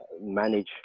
manage